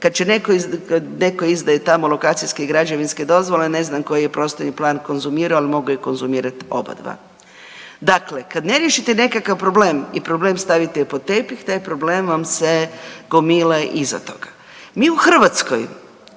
Kad će neko, neko izdaje tamo lokacijske i građevinske dozvole ne znam koji je prostorni plan konzumirao, al mogao je konzumirati obadva. Dakle, kad ne riješite nekakav problem i problem stavite pod tepih taj problem vam se gomila iza toga. Mi u Hrvatskoj